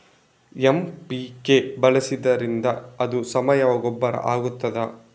MPK ಬಳಸಿದ್ದರಿಂದ ಅದು ಸಾವಯವ ಗೊಬ್ಬರ ಆಗ್ತದ?